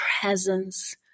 presence